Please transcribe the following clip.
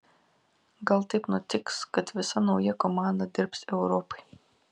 gal taip nutiks kad visa nauja komanda dirbs europai